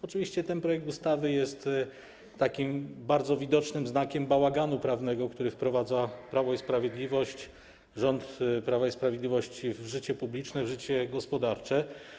Oczywiście ten projekt ustawy jest bardzo widocznym znakiem bałaganu prawnego, który wprowadza Prawo i Sprawiedliwość, rząd Prawa i Sprawiedliwości w życie publiczne, w życie gospodarcze.